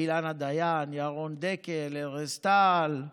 אילנה דיין, ירון דקל, ארז טל,